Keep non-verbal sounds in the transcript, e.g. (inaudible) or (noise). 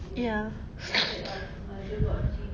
ya (noise)